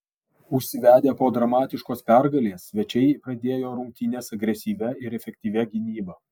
užsivedę po dramatiškos pergalės svečiai pradėjo rungtynes agresyvia ir efektyvia gynyba